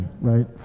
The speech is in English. right